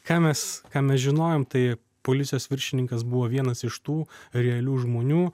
ką mes ką mes žinojom tai policijos viršininkas buvo vienas iš tų realių žmonių